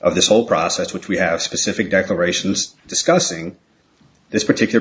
of this whole process which we have specific declarations discussing this particular